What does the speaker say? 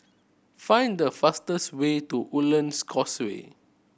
find the fastest way to Woodlands Causeway